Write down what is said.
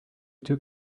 took